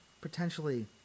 potentially